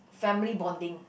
family bonding